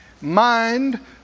Mind